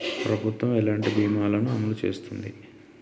ప్రభుత్వం ఎలాంటి బీమా ల ను అమలు చేస్తుంది?